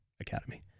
Academy